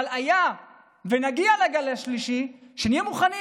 אבל היה ונגיע לגל השלישי, שנהיה מוכנים.